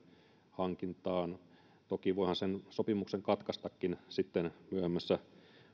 hankintaan toki voihan sen sopimuksen katkaistakin sitten myöhemmässä